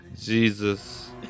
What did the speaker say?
Jesus